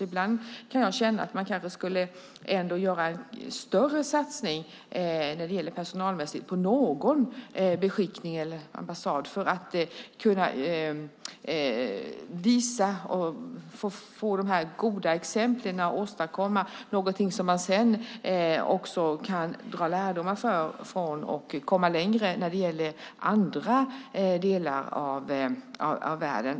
Ibland kan jag känna att det borde ske en större satsning personalmässigt på någon beskickning eller ambassad för att visa de goda exemplen; något som man sedan kan dra lärdom av och komma längre när det gäller andra delar av världen.